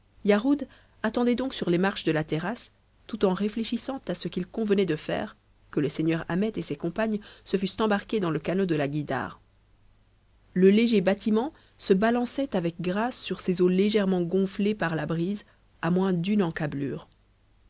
yarhud attendait donc sur les marches de la terrasse tout en réfléchissant à ce qu'il convenait de faire que le seigneur ahmet et ses compagnes se fussent embarqués dans le canot de la guïdare le léger bâtiment se balançait avec grâce sur ces eaux légèrement gonflées par la brise à moins d'une encablure